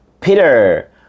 Peter